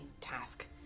task